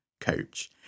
coach